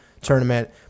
tournament